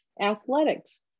athletics